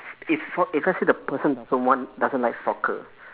if s~ if let's say the person doesn't want doesn't like soccer